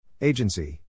Agency